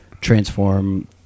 transform